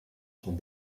prend